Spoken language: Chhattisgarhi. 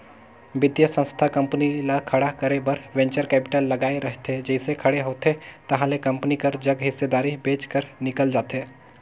बित्तीय संस्था कंपनी ल खड़े करे बर वेंचर कैपिटल लगाए रहिथे जइसे खड़े होथे ताहले कंपनी कर जग हिस्सादारी बेंच कर निकल जाथे